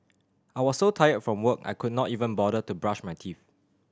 I was so tired from work I could not even bother to brush my teeth